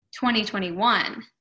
2021